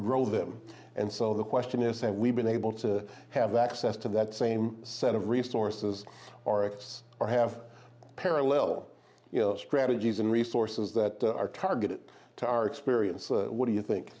grow them and so the question is have we been able to have access to that same set of resources oryx or have parallel strategies and resources that are targeted to our experience what do you think